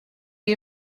you